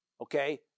okay